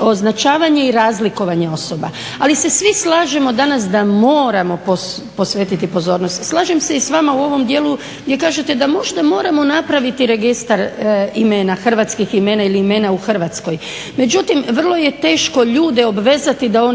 označavanje i razlikovanje osoba. Ali se svi slažemo danas da moramo posvetiti pozornosti. Slažem se i s vama u ovom dijelu gdje kažete da možda moramo napraviti registar hrvatskih imena ili imena u Hrvatskoj. Međutim vrlo je teško ljude obvezati da oni ta imena